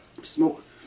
Smoke